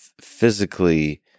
physically